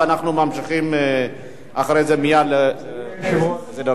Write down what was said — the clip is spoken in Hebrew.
ואנחנו ממשיכים אחרי זה מייד לסדר-היום.